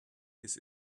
his